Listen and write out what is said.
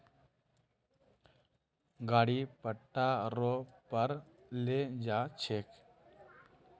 गाड़ी पट्टा रो पर ले जा छेक